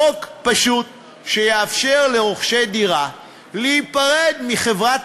חוק פשוט שיאפשר לרוכשי דירה להיפרד מחברת